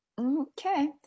Okay